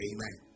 Amen